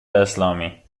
اسلامی